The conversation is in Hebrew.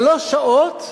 שלוש שעות,